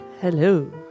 Hello